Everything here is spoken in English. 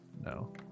No